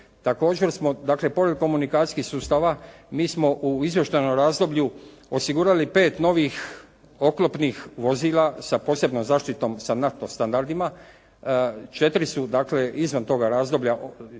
Također smo, dakle pored komunikacijskih sustava, mi smo u izvještajnom razdoblju osigurali pet novih oklopnih vozila sa posebnom zaštitom sa … standardima. Četiri su dakle izvan toga razdoblja